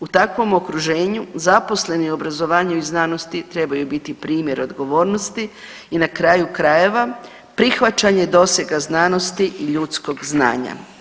U takvom okruženju zaposleni u obrazovanju i znanosti trebaju biti primjer odgovornosti i na kraju krajeva prihvaćanje dosega znanosti i ljudskog znanja.